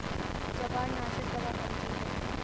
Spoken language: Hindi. जवार नाशक दवा कौन सी है?